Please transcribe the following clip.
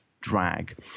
drag